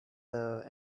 though